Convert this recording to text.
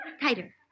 Tighter